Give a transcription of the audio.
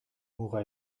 muga